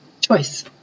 choice